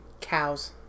cows